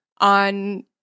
on